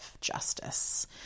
justice